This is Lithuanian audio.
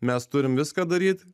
mes turim viską daryt